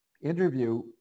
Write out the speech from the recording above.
interview